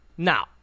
Now